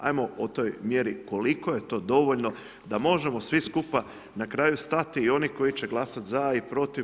Ajmo o toj mjeri koliko je to dovoljno da možemo svi skupa na kraju stati i oni koji će glasati za i protiv.